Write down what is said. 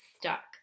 stuck